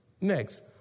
Next